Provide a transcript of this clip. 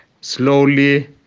slowly